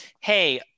hey